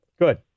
Good